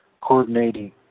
Coordinating